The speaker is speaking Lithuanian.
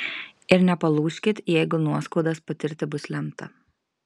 ir nepalūžkit jeigu nuoskaudas patirti bus lemta